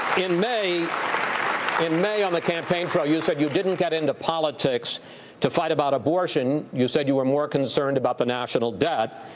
in may in may on the campaign trail you, said you didn't get into politics to fight about abortion. you said you were more concerned about the national debt.